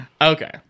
Okay